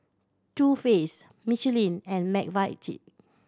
Too Faced Michelin and McVitie